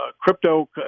crypto